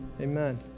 amen